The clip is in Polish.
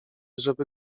żeby